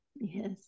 Yes